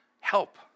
help